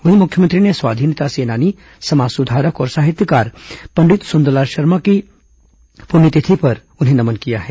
वहीं मुख्यमंत्री ने स्वाधीनता सेनानी समाज सुधारक और साहित्यकार पंडित सुंदरलाल शर्मा की पुण्यतिथि पर उन्हें नमन किया है